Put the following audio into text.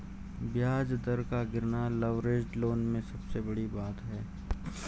ब्याज दर का गिरना लवरेज्ड लोन में सबसे बड़ी बात है